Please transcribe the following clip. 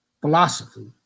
philosophy